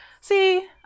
see